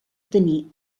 tenir